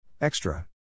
Extra